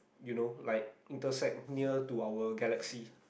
you know like intersect near to our galaxy